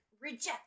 reject